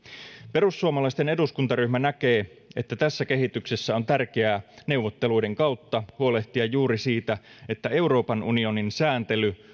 perussuomalaisten eduskuntaryhmä näkee että tässä kehityksessä on tärkeää neuvotteluiden kautta huolehtia juuri siitä että euroopan unionin sääntely